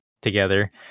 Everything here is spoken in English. together